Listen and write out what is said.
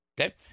Okay